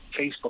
Facebook